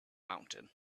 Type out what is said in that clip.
mountain